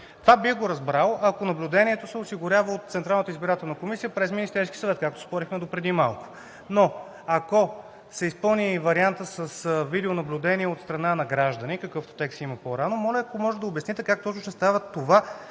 Това бих го разбрал, ако наблюдението се осигурява от Централната избирателна комисия през Министерския съвет, както спорехме допреди малко. Но ако се изпълни вариантът с видеонаблюдение от страна на граждани, какъвто текст има по-рано, моля, ако може да обясните, как точно ще става това